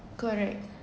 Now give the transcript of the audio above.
correct